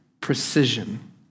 precision